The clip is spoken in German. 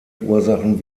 ursachen